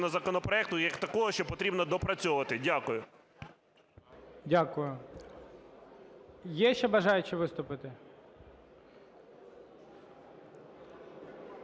законопроекту як такого, що потрібно доопрацьовувати. Дякую. ГОЛОВУЮЧИЙ. Дякую. Є ще бажаючи виступити?